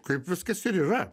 kaip viskas ir yra